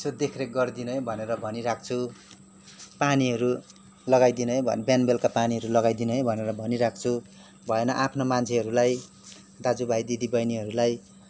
यसो देखरेख गरिदिनु है भनेर भनि राख्छु पानीहरू लगाइदिनु है बिहान बेलुका पानीहरू लगाइदिनु है भनेर भनि राख्छु भएन आफ्नो मान्छेहरूलाई दाजु भाइ दिदी बहिनीहरूलाई